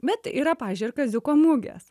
bet yra pavyzdžiui ir kaziuko mugės